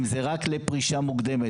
אם זה רק לפרישה מוקדמת.